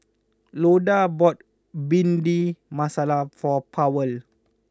Loda bought Bhindi Masala for Powell